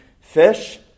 fish